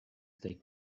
stay